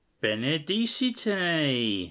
benedicite